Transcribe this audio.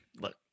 look